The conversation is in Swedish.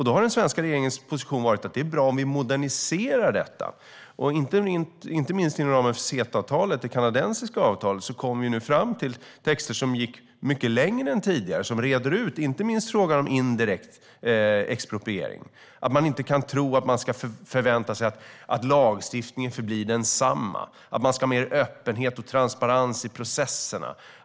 Då har den svenska regeringens position varit att det är bra om vi moderniserar detta. Inte minst inom ramen för CETA-avtalet, det kanadensiska avtalet, kom vi fram till texter som gick mycket längre än tidigare och som reder ut inte minst frågan om indirekt expropriering. Man ska inte tro att man kan förvänta sig att lagstiftningen förblir densamma. Det ska vara mer öppenhet och transparens i processerna.